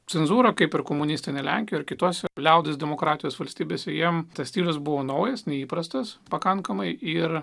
cenzūrą kaip ir komunistinę lenkiją ir kituose liaudies demokratijos valstybėse jiems tas stilius buvo naujas neįprastas pakankamai ir